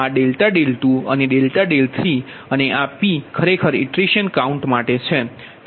આ ∆2 અને ∆3 અને આ p ખરેખર ઇટરેશન કાઉન્ટ માટે છે